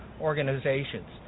organizations